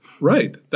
Right